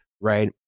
right